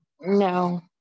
No